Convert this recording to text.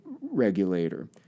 Regulator